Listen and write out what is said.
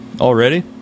Already